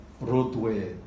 roadway